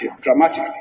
dramatically